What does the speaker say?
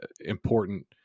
important